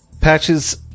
Patches